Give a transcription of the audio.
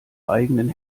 eigenen